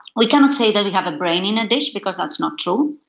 we cannot say that we have a brain in a dish, because that's not true.